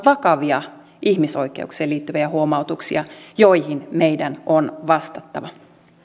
vakavia ihmisoikeuksiin liittyviä huomautuksia joihin meidän on vastattava